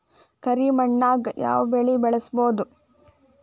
ಕರಿ ಮಣ್ಣಾಗ್ ಯಾವ್ ಬೆಳಿ ಬೆಳ್ಸಬೋದು?